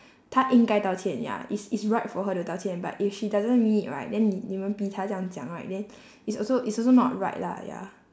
她应该道歉 ya it's it's right for her to 道歉 but if she doesn't mean it right then 你们逼她这样讲 right then it's also it's also not right lah ya